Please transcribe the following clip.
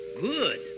good